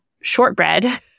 shortbread